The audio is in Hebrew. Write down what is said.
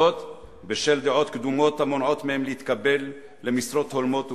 בשל דעות קדומות המונעות מהם להתקבל למשרות הולמות ובכירות.